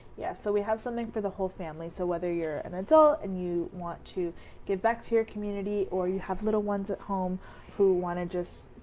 yeah so we have something for the whole family, so whether you're an and adult and you want to give back to your community or you have little ones at home who want to just,